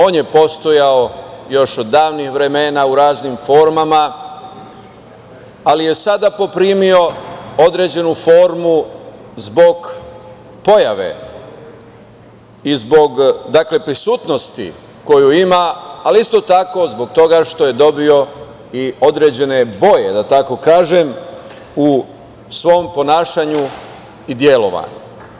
On je postojao još od davnih vremena u raznim formama, ali je sada poprimio određenu formu zbog pojave i zbog prisutnosti koju ima, ali isto tako zbog toga što je dobio i određene boje, da tako kažem, u svom ponašanju i delovanju.